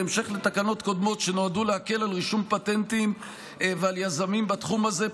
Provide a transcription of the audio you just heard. בהמשך לתקנות קודמות שנועדו להקל רישום פטנטים ועל יזמים בתחום הזה,